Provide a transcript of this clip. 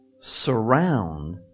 surround